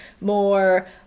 more